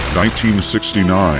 1969